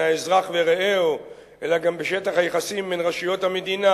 האזרח ורעהו אלא גם בשטח היחסים בין רשויות המדינה,